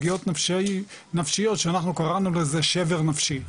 פגיעות נפשיות שאנחנו קראנו לזה שבר נפשי.